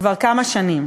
כבר כמה שנים.